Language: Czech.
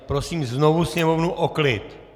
Prosím znovu sněmovnu o klid!